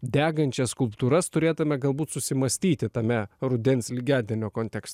degančias skulptūras turėtume galbūt susimąstyti tame rudens lygiadienio konteks